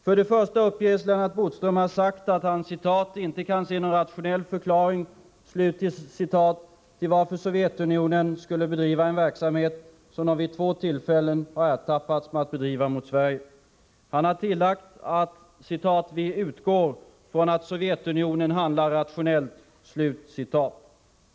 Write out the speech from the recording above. För det första uppges Lennart Bodström ha sagt att han ”inte kan se någon rationell förklaring” till varför Sovjetunionen skulle bedriva en verksamhet som landet vid två tillfällen har ertappats med att ha bedrivit mot Sverige. Han har tillagt att ”Vi utgår från att Sovjetunionen handlar rationellt”.